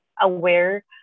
aware